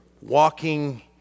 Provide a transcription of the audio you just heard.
walking